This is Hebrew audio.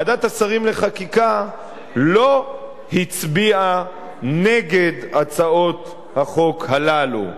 ועדת השרים לחקיקה לא הצביעה נגד הצעות החוק הללו,